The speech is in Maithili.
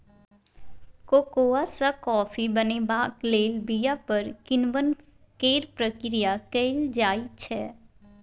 कोकोआ सँ कॉफी बनेबाक लेल बीया पर किण्वन केर प्रक्रिया कएल जाइ छै